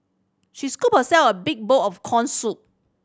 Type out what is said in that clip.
she scooped herself a big bowl of corn soup